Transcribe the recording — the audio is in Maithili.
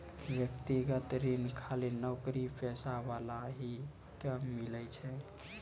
व्यक्तिगत ऋण खाली नौकरीपेशा वाला ही के मिलै छै?